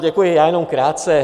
Ano, děkuji, já jenom krátce.